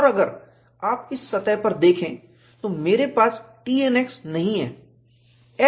और अगर आप इस सतह पर देखें तो मेरे पास Tnx नहीं है